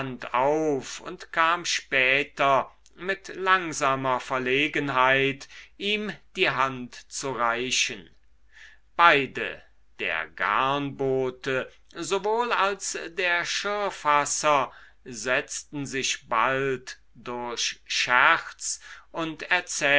auf und kam später mit langsamer verlegenheit ihm die hand zu reichen beide der garnbote sowohl als der schirrfasser setzten sich bald durch scherz und